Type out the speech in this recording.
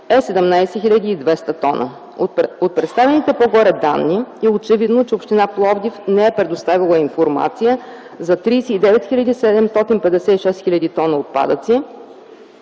е 17 200 тона. От представените по-горе данни е очевидно, че община Пловдив не е предоставила информация за 39 756 т отпадъци,